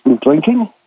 drinking